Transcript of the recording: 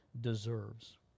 deserves